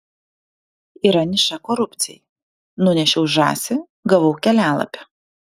yra niša korupcijai nunešiau žąsį gavau kelialapį